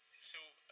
so